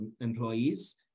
employees